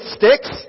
sticks